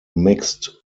mixed